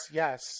yes